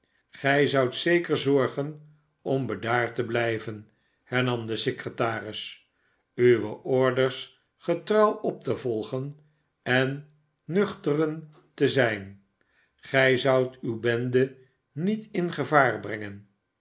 gij zoudt zeker zorgen om bedaard te blijven hernam de secretaris uwe orders getrouw op te volgen en nuchteren te zijn gij zoudt uwe bende met m gevaar brengen